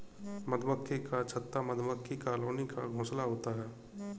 मधुमक्खी का छत्ता मधुमक्खी कॉलोनी का घोंसला होता है